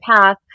path